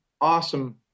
awesome